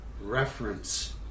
reference